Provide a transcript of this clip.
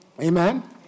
Amen